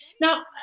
Now